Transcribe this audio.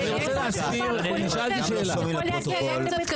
ומבוטח של קופת חולים אחרת יכול להגיד גם לבית חולים אחר.